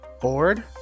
bored